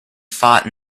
fought